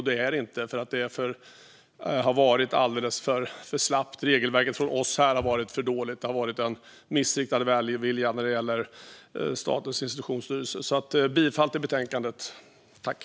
Så är det inte, för det har varit ett alldeles för slappt regelverk. Det har varit en missriktad välvilja när det gäller Statens institutionsstyrelse. Jag yrkar bifall till förslaget i betänkandet.